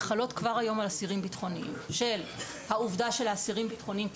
שחלות על אסירים בטחוניים כבר היום העובדה שלאסירים בטחוניים,